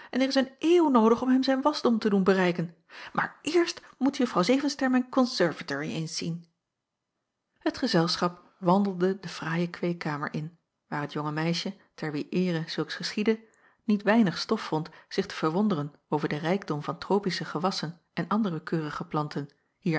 en er is een eeuw noodig om hem zijn wasdom te doen bereiken maar eerst moet juffrouw zevenster mijn conservatory eens zien het gezelschap wandelde de fraaie kweekkamer in waar het jonge meisje ter wier eere zulks geschiedde niet weinig stof vond zich te verwonderen over den rijkdom van tropische gewassen en andere keurige planten hier